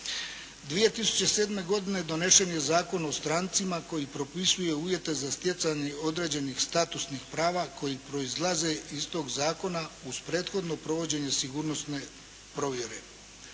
2007. godine donesen je Zakon o strancima koji propisuje uvjete za stjecanje određenih statusnih prava koji proizlaze iz tog zakona uz prethodno provođenje sigurnosne provjere.